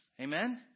Amen